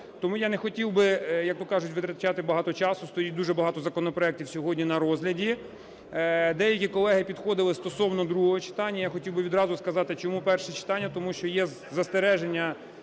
Тому я не хотів би, як то кажуть, витрачати багато часу. Стоїть дуже багато законопроектів сьогодні на розгляді. Деякі колеги підходили стосовно другого читання. Я хотів би відразу сказати, чому перше читання: тому що є застереження